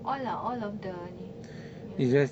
all ah all of the ni ya